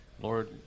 Lord